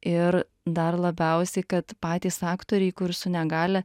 ir dar labiausiai kad patys aktoriai kur su negalia